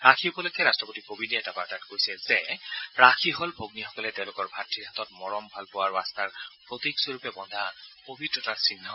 ৰাখী উপলক্ষে ৰাট্টপতি কোৱিন্দে এটা বাৰ্তাত কৈছে যে ৰাখী হ'ল ভগ্নীসকলে তেওঁলোকৰ ভ্ৰাতৃৰ হাতত মৰম ভালপোৱা আৰু আস্থাৰ প্ৰতীকস্বৰূপে বন্ধা পৱিত্ৰতাৰ চিহ্ন